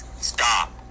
stop